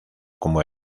como